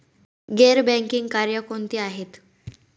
गैर बँकिंग कार्य कोणती आहेत?